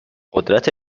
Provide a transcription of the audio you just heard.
قدرت